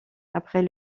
après